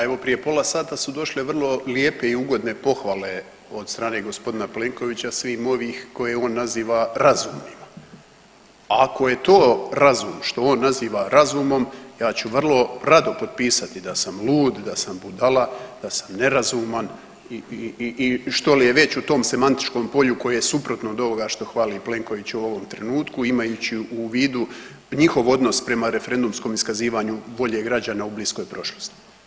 Pa evo prije pola sata su došle vrlo lijepe i ugodne pohvale od strane g. Plenkovića svim ovih koje on naziva razumnima, a ako je to razum što on naziva razumom ja ću vrlo rado potpisati da sam lud, da sam budala, da sam nerazuman i što li je već u tom semantičkom polju koje je suprotno od ovoga što hvali Plenković u ovom trenutku imajući u vidu njihov odnos prema referendumskom iskazivanju volje građana u bliskoj prošlosti.